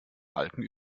balken